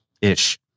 ish